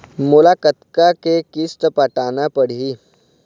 मोला कतका के किस्त पटाना पड़ही?